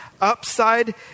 upside